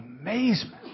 amazement